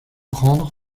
prendre